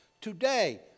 Today